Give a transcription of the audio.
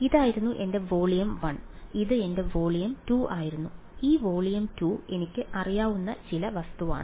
ഇതായിരുന്നു എന്റെ വോളിയം 1 ഇത് എന്റെ വോളിയം 2 ആയിരുന്നു ഈ വോള്യം 2 എനിക്ക് അറിയാവുന്ന ചില വസ്തുവാണ്